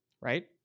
right